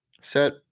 Set